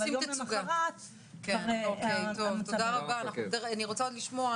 אבל יום למוחרת הכול חזר לקדמותו.